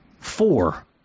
Four